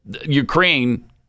Ukraine